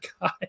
God